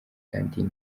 kandi